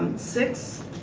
six,